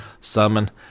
summon